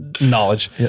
knowledge